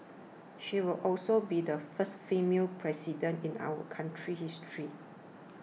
she will also be the first female President in our country's history